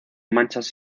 manchas